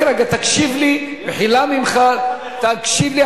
רק רגע, תקשיב לי, במחילה ממך, תקשיב לי.